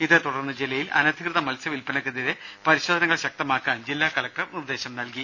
ഇതേതുടർന്ന് ജില്ലയിൽ അനധികൃത മത്സ്യ വിൽപനക്കെതിരെ പരിശോധനകൾ ശക്തമാക്കാൻ ജില്ലാ കലക്ടർ നിർദേശം നൽകി